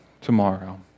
tomorrow